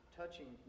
touching